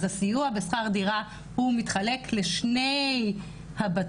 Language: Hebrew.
אז הסיוע בשכר דירה הוא מתחלק לשני הבתים,